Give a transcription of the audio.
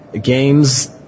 games